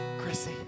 Chrissy